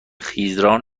خیزران